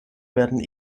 werden